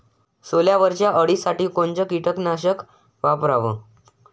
सोल्यावरच्या अळीसाठी कोनतं कीटकनाशक वापराव?